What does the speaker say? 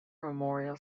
memorial